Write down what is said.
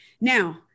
Now